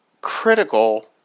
critical